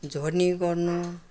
झोढनी गोड्नु